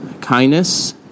kindness